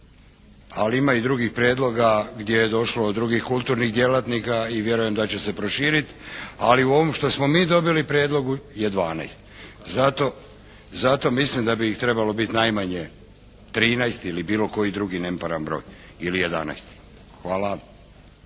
ali ima i drugih prijedloga gdje je došlo od drugih kulturnih djelatnika i vjerujem da će se proširiti. Ali u ovom što smo mi dobili prijedlogu je 12. Zato mislim da bi ih trebalo biti najmanje 13 ili bilo koji drugi neparan broj, ili 11. Hvala.